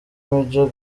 major